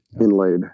inlaid